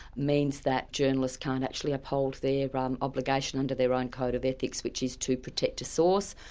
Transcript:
means that journalists can't actually uphold their um obligation under their own code of ethics which is to protect a source,